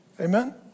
Amen